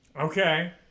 Okay